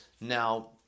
Now